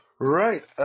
Right